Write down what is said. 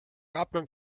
abgang